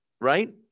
right